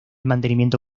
mantenimiento